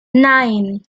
nine